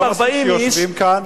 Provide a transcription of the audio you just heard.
לא מספיק שיושבים כאן?